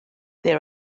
there